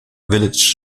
village